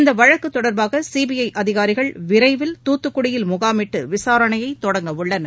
இந்த வழக்கு தொடர்பாக சிபிஐ அதிகாரிகள் விரைவில் துத்துக்குடியில் முகாமிட்டு விசாரணையைத் தொடங்க உள்ளனர்